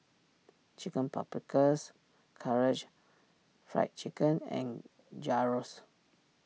Chicken Paprikas Karaage Fried Chicken and Gyros